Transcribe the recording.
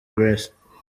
grace